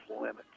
limits